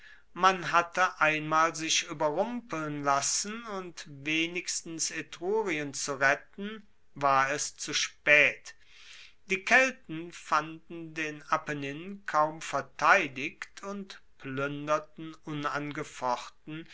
man hatte einmal sich ueberrumpeln lassen und wenigstens etrurien zu retten war es zu spaet die kelten fanden den apennin kaum verteidigt und pluenderten unangefochten